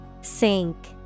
Sink